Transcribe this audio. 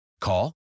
Call